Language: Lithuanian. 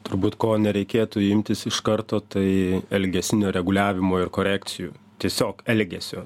turbūt ko nereikėtų imtis iš karto tai elgesinio reguliavimo ir korekcijų tiesiog elgesio